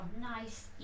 nice